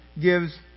gives